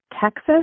Texas